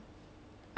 fifty five